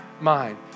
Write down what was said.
mind